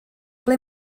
ble